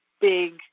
big